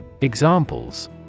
Examples